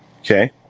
Okay